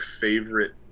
favorite